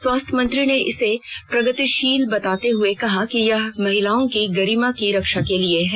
स्वास्थ्य मंत्री ने इसे प्रगतिशील बताते हुए कहा कि यह महिलाओं की गरीमा की रक्षा के लिए है